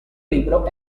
libro